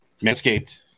Manscaped